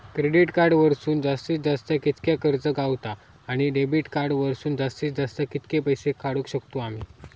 Credit card वरसून जास्तीत जास्त कितक्या कर्ज गावता, आणि डेबिट कार्ड वरसून जास्तीत जास्त कितके पैसे काढुक शकतू आम्ही?